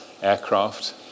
aircraft